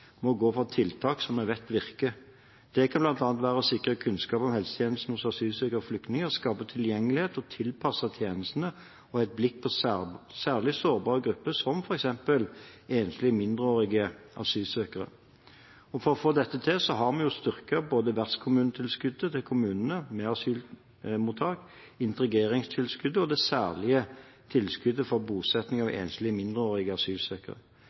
må gå inn for tiltak som vi vet virker. Det kan bl.a. være å sikre kunnskap om helsetjenesten hos asylsøkere og flyktninger, skape tilgjengelighet, tilpasse tjenestene og ha et blikk på særlig sårbare grupper, som f.eks. enslige mindreårige asylsøkere. For å få dette til har vi styrket både vertskommunetilskuddet til kommuner med asylmottak, integreringstilskuddet og det særlige tilskuddet til bosetting av enslige mindreårige asylsøkere.